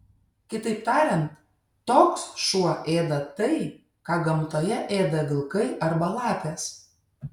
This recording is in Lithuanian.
kitaip tariant toks šuo ėda tai ką gamtoje ėda vilkai arba lapės